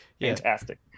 fantastic